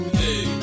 hey